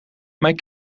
mijn